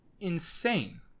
insane